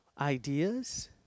ideas